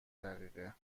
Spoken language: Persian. دقیقه